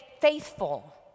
faithful